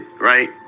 right